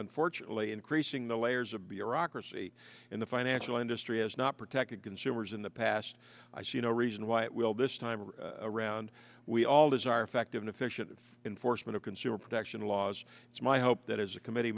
unfortunately increasing the layers of bureaucracy in the financial industry has not protected consumers in the past i see no reason why it will this time around we all desire fact in a fish enforcement of consumer protection laws it's my hope that as a committee